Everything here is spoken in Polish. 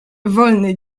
wolny